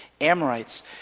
Amorites